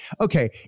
Okay